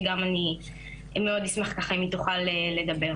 שגם אני מאוד אשמח אם היא תוכל לדבר.